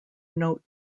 note